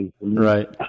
Right